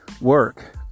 work